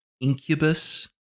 Incubus